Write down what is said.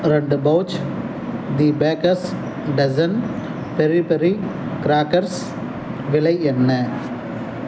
ரெண்டு pouch the bakers dozen peri peri crackers விலை என்ன